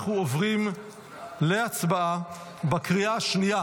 אנחנו עוברים להצבעה בקריאה השנייה